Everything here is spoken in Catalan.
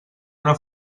una